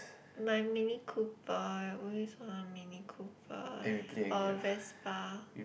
my mini-cooper I always want a mini-cooper or vespa